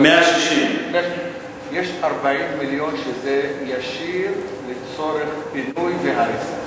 160. 160. יש 40 מיליון שזה ישיר לצורך פינוי והריסה.